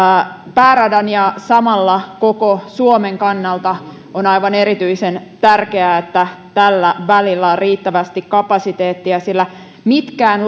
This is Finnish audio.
pääradan ja samalla koko suomen kannalta on aivan erityisen tärkeää että tällä välillä on riittävästi kapasiteettia sillä mitkään